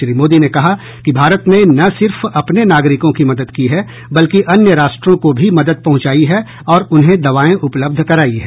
श्री मोदी ने कहा कि भारत ने न सिर्फ अपने नागरिकों की मदद की है बल्कि अन्य राष्ट्रों को भी मदद पहुंचाई है और उन्हें दवाएं उपलब्ध कराई हैं